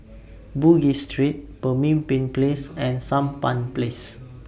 Bugis Street Pemimpin Place and Sampan Place